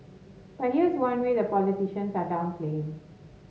but here is one worry the politicians are downplaying